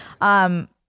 Um-